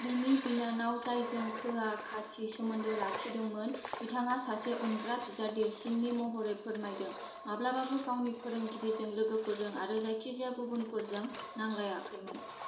बिनि बिनानाव जायजों खोआ खाथि सोमोन्दो लाखिदोंमोन बिथङा सासे अनग्रा बिदा देरसिननि महरै फोरमायदों माब्लाबाबो गावनि फोरोंगिरिजों लोगोफोरजों आरो जायखिजाया गुबुनफोरजों नांलायाखैमोन